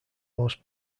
most